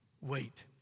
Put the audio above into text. wait